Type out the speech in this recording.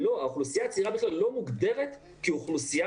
האוכלוסייה הצעירה בכלל לא מוגדרת כאוכלוסייה